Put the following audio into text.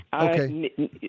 Okay